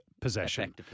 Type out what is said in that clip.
possession